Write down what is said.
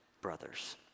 brothers